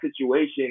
situation